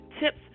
tips